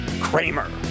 Kramer